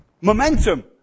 momentum